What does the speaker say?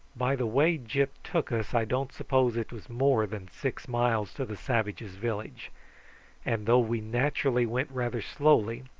by the way gyp took us i don't suppose it was more than six miles to the savages' village and though we naturally went rather slowly,